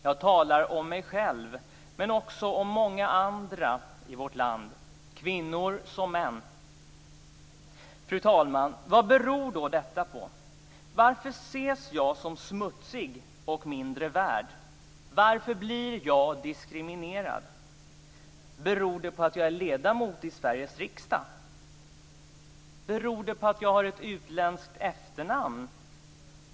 Jag talar om mig själv men också om många andra i vårt land, kvinnor som män. Fru talman! Vad beror detta på? Varför ses jag som smutsig och mindre värd? Varför blir jag diskriminerad? Beror det på att jag är ledamot av Sveriges riksdag? Beror det på att jag har ett utländskt efternamn?